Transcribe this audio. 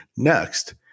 Next